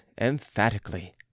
emphatically